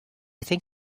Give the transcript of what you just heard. think